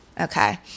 Okay